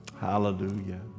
hallelujah